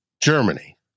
Germany